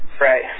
Right